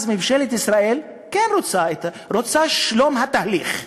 אז ממשלת ישראל רוצה שלום כתהליך,